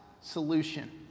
solution